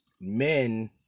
men